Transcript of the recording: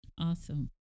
Awesome